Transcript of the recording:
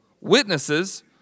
Witnesses